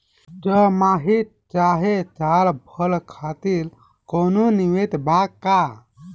छमाही चाहे साल भर खातिर कौनों निवेश बा का?